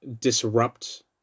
disrupt